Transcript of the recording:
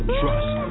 trust